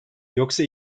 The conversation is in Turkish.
yoksa